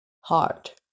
heart